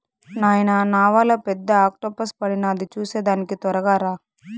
నాయనా నావలో పెద్ద ఆక్టోపస్ పడినాది చూసేదానికి తొరగా రా